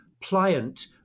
pliant